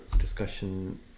discussion